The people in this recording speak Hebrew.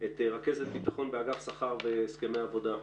רכזת ביטחון האגף שכר והסכמי עבודה,